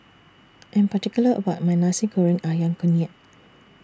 I Am particular about My Nasi Goreng Ayam Kunyit